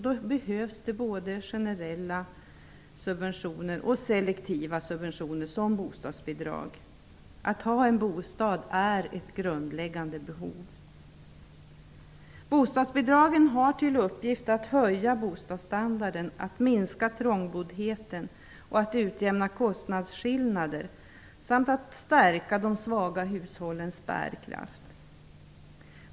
Då behövs både generella subventioner och selektiva subventioner som bostadsbidrag. Att ha en bostad är ett grundläggande behov. Bostadsbidragen har till uppgift att höja bostadsstandarden, minska trångboddheten, utjämna kostnadsskillnader samt stärka de svaga hushållens bärkraft.